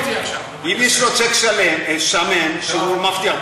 אבל אם יש לו צ'ק שמן שהוא מבטיח,